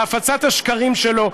בהפצת השקרים שלו,